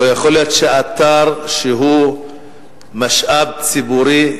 לא יכול להיות שאתר שהוא משאב ציבורי,